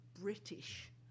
British